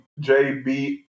JB